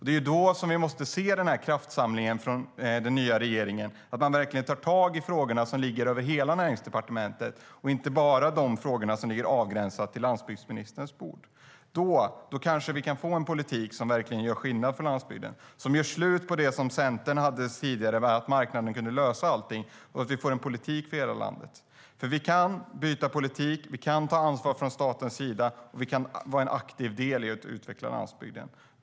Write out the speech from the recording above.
Det är då vi måste se att den nya regeringen gör en kraftsamling och tar tag i de frågor som berör hela Näringsdepartementet, inte bara de frågor som är avgränsade till landsbygdsministerns bord. Då kanske vi kan få en politik som verkligen gör skillnad för landsbygden, som gör slut på Centerns uppfattning att marknaden kan lösa allt - en politik för hela landet. Vi kan byta politik, vi kan ta ansvar från statens sida och vi kan vara en aktiv del i att utveckla landsbygden.